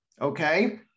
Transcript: Okay